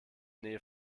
nähe